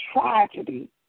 tragedy